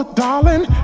darling